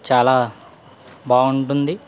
చాలా బాగుంటుంది